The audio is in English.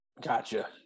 Gotcha